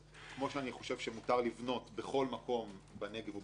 כמו שאני חושב שמותר לבנות בכל מקום בנגב ובגליל,